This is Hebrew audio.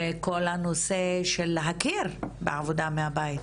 כל הנושא של להכיר בעבודה מהבית,